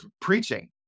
preaching